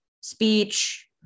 speech